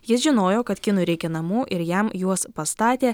jis žinojo kad kinui reikia namų ir jam juos pastatė